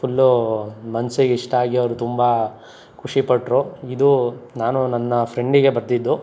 full ಮನ್ಸಿಗೆ ಇಷ್ಟ ಆಗಿ ಅವರು ತುಂಬ ಖುಷಿಪಟ್ರು ಇದು ನಾನು ನನ್ನ ಫ್ರೆಂಡಿಗೆ ಬರೆದಿದ್ದು